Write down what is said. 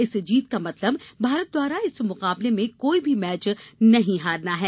इस जीत का मतलब भारत द्वारा इस मुकाबले में कोई भी मैच नहीं हारना है